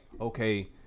Okay